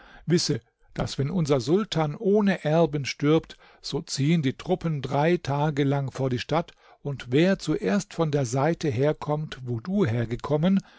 wisse daß wenn unser sultan ohne erben stirbt so ziehen die truppen drei tage lang vor die stadt und wer zuerst von der seite herkommt wo du hergekommen